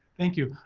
thank you.